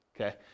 okay